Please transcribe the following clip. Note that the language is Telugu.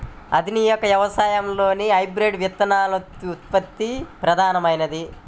ఆధునిక వ్యవసాయంలో హైబ్రిడ్ విత్తనోత్పత్తి ప్రధానమైనది